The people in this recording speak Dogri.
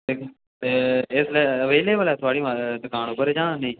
ते इसलै अवेलिएवल ऐ थुआढ़ी महा दकान उप्पर जां नी